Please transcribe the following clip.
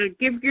give